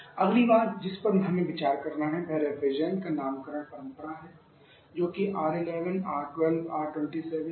अगली बात जिस पर हमें विचार करना है वह रेफ्रिजरेंट का नामकरण परंपरा है जो कि R 11 R 12 R 27 है